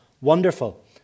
wonderful